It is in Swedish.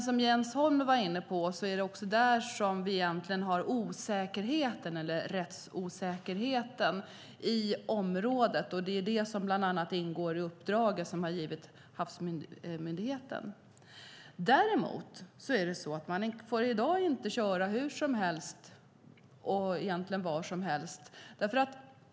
Som Jens Holm var inne på är det där vi egentligen har osäkerheten eller rättsosäkerheten på området, och bland annat det ingår i uppdraget som vi har givit Havs och vattenmyndigheten. Man får i dag inte köra hur som helst och var som helst.